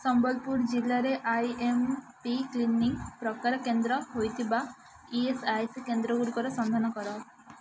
ସମ୍ବଲପୁର ଜିଲ୍ଲାରେ I M P clinic ପ୍ରକାର କେନ୍ଦ୍ର ହୋଇଥିବା ଇ ଏସ୍ ଆଇ ସି କେନ୍ଦ୍ରଗୁଡ଼ିକର ସନ୍ଧାନ କର